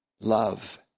love